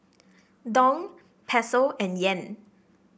Dong Peso and Yen